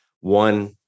one